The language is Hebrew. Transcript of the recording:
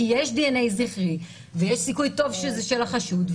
כי יש דנ"א זכרי ויש סיכוי טוב שזה של החשוד,